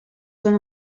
són